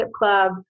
club